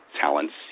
talents